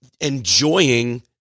enjoying